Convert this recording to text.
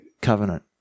Covenant